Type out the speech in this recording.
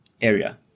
area